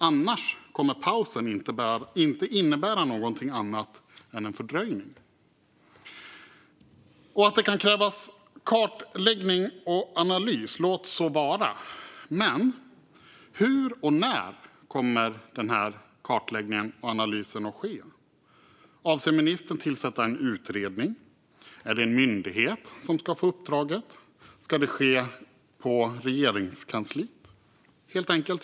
Annars kommer pausen inte att innebära något annat än en fördröjning. Må vara att det kan krävas kartläggning och analys, men hur och när kommer kartläggningen och analysen att ske? Avser ministern att tillsätta en utredning? Är det en myndighet som ska få uppdraget? Ska det ske på Regeringskansliet?